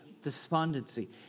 despondency